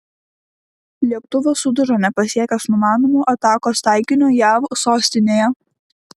lėktuvas sudužo nepasiekęs numanomo atakos taikinio jav sostinėje